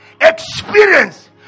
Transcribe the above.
experience